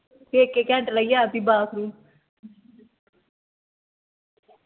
केईं केईं घैंटे लाइयै औंदी बाथरूम